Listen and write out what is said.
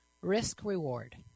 risk-reward